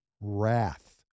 wrath